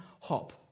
hop